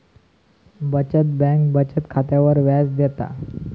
बचत बँक बचत खात्यावर व्याज देता